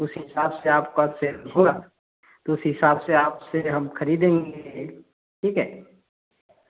तो उस हिसाब से आपका सेल होगा तो उस हिसाब से आपसे हम खरीदेंगे ठीक है